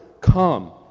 Come